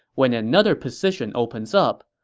when another position opens up,